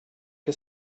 que